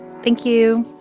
thank you.